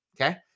Okay